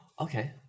okay